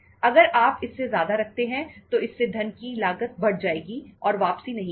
अगर आप इससे ज्यादा रखते हैं तो इससे धन की लागत बढ़ जाएगी और वापसी नहीं होगी